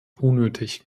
unnötig